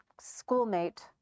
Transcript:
schoolmate